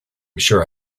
sure